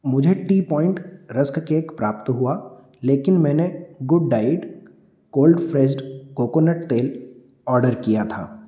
मुझे tea point rusk cake प्राप्त हुआ लेकिन मैंने good diet cold pressed coconut तेल ऑर्डर किया था